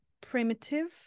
primitive